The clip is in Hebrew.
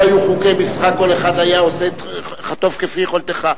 לא היו חוקי משחק וכל אחד היה עושה "חטוף כפי יכולתך".